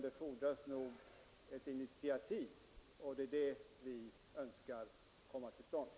Det fordras nog ett initiativ för detta, och det är det vi önskar få till stånd.